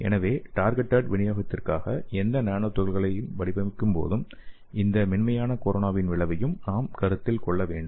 எனவே டார்கெட்டேட் விநியோகத்திற்காக எந்த நானோ துகள்களையும் வடிவமைக்கும்போது இந்த மென்மையான கொரோனாவின் விளைவையும் நாம் கருத்தில் கொள்ள வேண்டும்